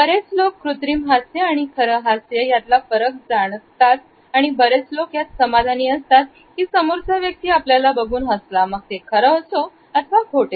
बरेच लोक कृत्रिम हास्य आणि खरं हास्य यातला फरक जाणतात आणि बरेच फक्त यात समाधानी असतात की समोरचा व्यक्ती आपल्याला बघून हसला मग तो खरं असो अथवा खोटं